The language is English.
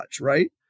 right